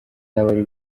n’abari